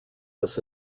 this